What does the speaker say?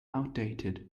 outdated